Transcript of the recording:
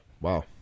Wow